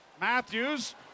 Matthews